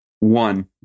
One